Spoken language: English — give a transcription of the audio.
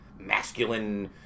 masculine